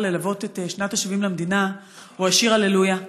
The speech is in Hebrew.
ללוות את שנת ה-70 למדינה הוא השיר "הללויה".